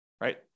right